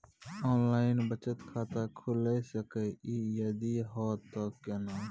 Online बचत खाता खुलै सकै इ, यदि हाँ त केना?